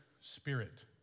spirit